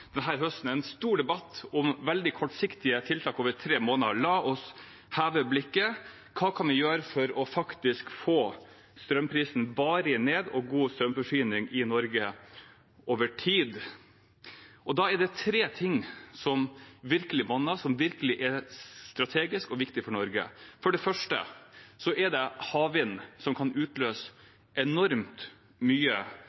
en stor debatt om veldig kortsiktige tiltak over tre måneder. La oss heve blikket: Hva kan vi gjøre for faktisk å få strømprisene varig ned og god strømforsyning i Norge over tid? Da er det tre ting som virkelig monner, og som virkelig er strategisk og viktig for Norge. For det første er det havvind, som kan